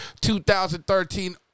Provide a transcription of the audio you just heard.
2013